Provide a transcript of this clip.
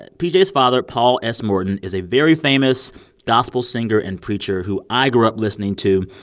and pj's father, paul s. morton, is a very famous gospel singer and preacher who i grew up listening to.